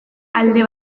alde